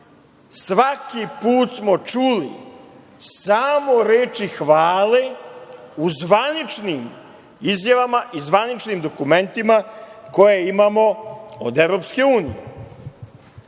put smo čuli samo reči hvale u zvaničnim izjavama i zvaničnim dokumentima koje imamo od EU, pa i